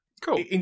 cool